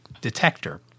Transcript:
detector